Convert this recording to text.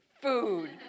Food